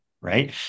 right